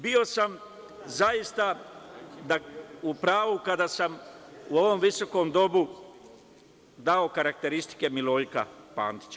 Bio sam zaista u pravu kada sam u ovom visokom domu dao karakteristike Milojka Pantića.